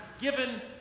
given